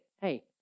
Hey